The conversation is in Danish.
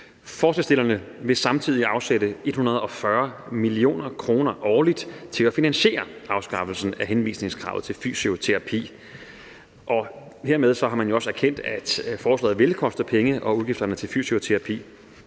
Forslagsstillerne vil samtidig afsætte 140 mio. kr. årligt til at finansiere afskaffelsen af henvisningskravet til fysioterapi, og hermed har man jo også erkendt, at forslaget vil koste penge, og at udgifterne til fysioterapi